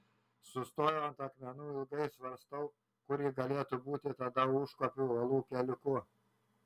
sustoju ant akmenų ilgai svarstau kur ji galėtų būti tada užkopiu uolų keliuku